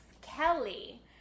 Kelly